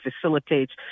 facilitates